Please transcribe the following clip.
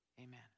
amen